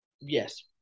Yes